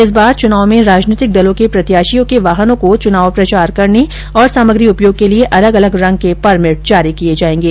इस बार चुनाव में राजनीतिक दलों के प्रत्याशियों के वाहनों को चुनाव प्रचार करने सामग्री उपयोग के लिए अलग अलग रंग के परमिट जारी किए जाएंगे